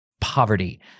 poverty